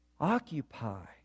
occupy